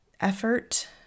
effort